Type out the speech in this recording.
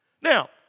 Now